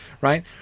right